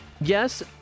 yes